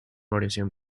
oración